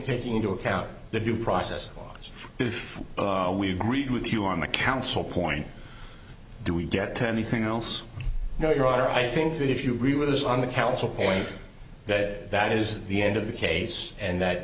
taking into account the due process clause if we agreed with you on the council point do we get to anything else no your honor i think that if you re with us on the council point that that is the end of the case and that